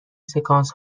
سکانس